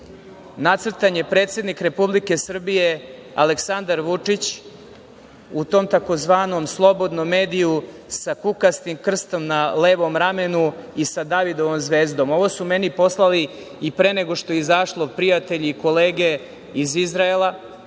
nacrtan je predsednik Republike Srbije Aleksandar Vučić u tom tzv. slobodnom mediju sa kukastim krstom na levom ramenu i sa Davidova zvezdom. Ovo su meni poslali, i pre nego što je izašlo, prijatelji i kolege iz Izraela,